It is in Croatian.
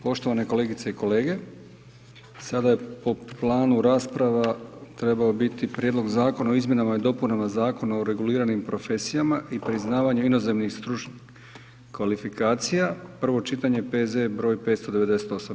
Poštovane kolegice i kolege, sada je po planu rasprava trebao je biti Prijedlog Zakona o izmjenama i dopunama Zakona o reguliranim profesijama i priznavanju inozemnih stručnih kvalifikacija, prvo čitanje, P.Z. broj 598.